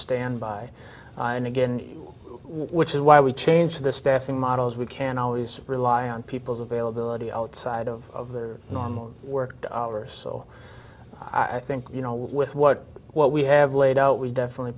stand by and again which is why we changed the staffing models we can always rely on people's availability outside of their normal work so i think you know with well what we have laid out we definitely